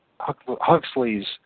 Huxley's